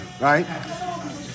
Right